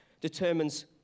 determines